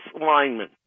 lineman